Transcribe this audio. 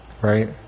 right